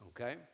okay